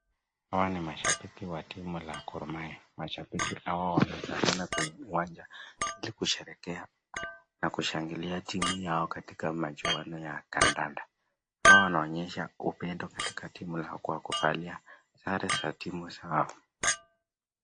Hawa ni mashabiki wa timu ya Gor Mahia, mashabiki hawa wamekutana kwenye uwanja ili kushsrehekea na kushangilia timu yao, katika michuano ya kadanda, hawa wanaonyesha upendo katika timu lao kwa kuvalia sare za timu zao.